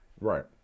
right